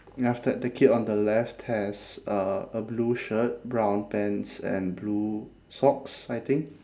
then after that the kid on the left has uh a blue shirt brown pants and blue socks I think